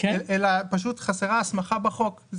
רק חסרה הסמכה בחוק.